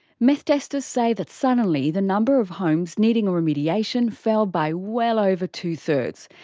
meth testers say that suddenly the number of homes needing remediation fell by well over two thirds.